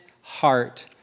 heart